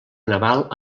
naval